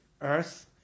earth